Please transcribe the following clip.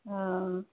हँ आ